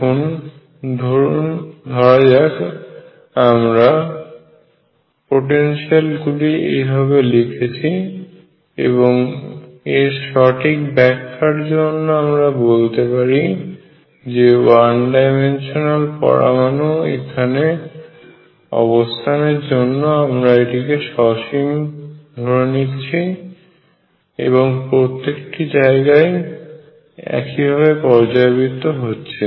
এখন ধরুন ধরা যাক আমরা পোটেনশিয়াল গুলিকে এইভাবে লিখেছি এবং এর সঠিক ব্যাখ্যার জন্য আমরা বলতে পারি যে ওয়ান ডাইমেনশনাল পরমাণুর এখানে অবস্থানের জন্য আমরা এটিকে সসীম ধরেছি এবং এটি প্রত্যেক জায়গায় একইভাবে পর্যায়বৃত্ত হচ্ছে